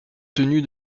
tenu